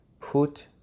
put